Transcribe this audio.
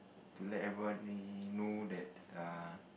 to let everyone ee know that ah